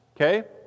okay